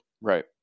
Right